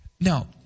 Now